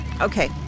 Okay